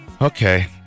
Okay